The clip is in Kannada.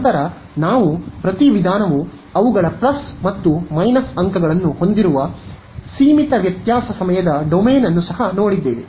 ನಂತರ ನಾವು ಪ್ರತಿ ವಿಧಾನವು ಅವುಗಳ ಪ್ಲಸ್ ಮತ್ತು ಮೈನಸ್ ಅಂಕಗಳನ್ನು ಹೊಂದಿರುವ ಸೀಮಿತ ವ್ಯತ್ಯಾಸ ಸಮಯದ ಡೊಮೇನ್ ಅನ್ನು ನೋಡಿದ್ದೇವೆ